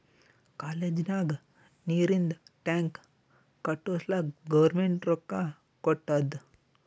college ನಾಗ್ ನೀರಿಂದ್ tank ಕಟ್ಟುಸ್ಲಕ್ ಗೌರ್ಮೆಂಟ್ ರೊಕ್ಕಾ ಕೊಟ್ಟಾದ್